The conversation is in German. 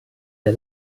der